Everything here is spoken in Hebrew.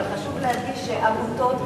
אבל חשוב להדגיש שעמותות,